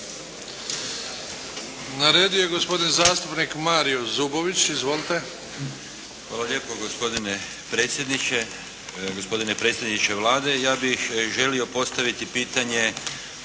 Na redu je gospodin zastupnik Marijo Zubović. Izvolite. **Zubović, Mario (HDZ)** Hvala lijepo gospodine predsjedniče, gospodine predsjedniče Vlade. Ja bih želio postaviti pitanje